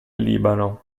libano